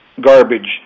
garbage